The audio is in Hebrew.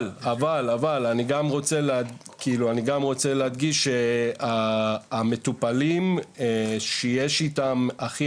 אבל אני גם רוצה להדגיש שהמטופלים שיש איתם הכי